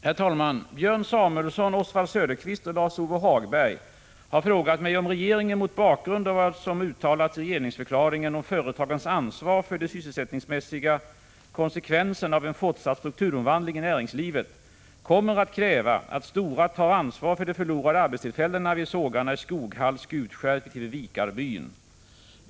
Herr talman! Björn Samuelson, Oswald Söderqvist och Lars-Ove Hagberg har frågat mig om regeringen, mot bakgrund av vad som uttalats i regeringsförklaringen om företagens ansvar för de sysselsättningsmässiga konsekvenserna av en fortsatt strukturomvandling i näringslivet, kommer att kräva att Stora tar ansvar för de förlorade arbetstillfällena vid sågarna i Skoghall, Skutskär resp. Vikarbyn.